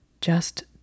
Just